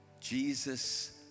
Jesus